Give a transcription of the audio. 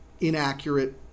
inaccurate